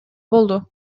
болду